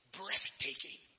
breathtaking